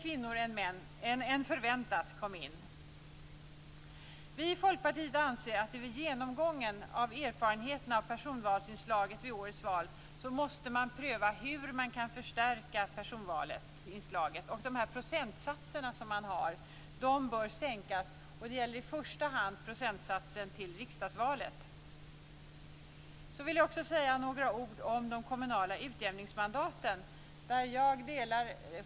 Vi i Folkpartiet anser att det vid genomgången av erfarenheterna av personvalsinslaget i årets val måste prövas hur man kan förstärka personvalsinslaget. Procentsatserna bör sänkas. Det gäller i första hand procentsatsen till riksdagsvalet. Så vill jag säga några ord om de kommunala utjämningsmandaten.